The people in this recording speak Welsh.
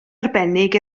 arbennig